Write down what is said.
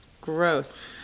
Gross